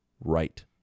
right